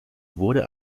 wurde